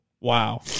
Wow